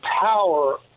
power